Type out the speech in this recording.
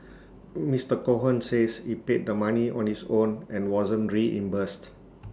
Mister Cohen says he paid the money on his own and wasn't reimbursed